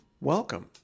Welcome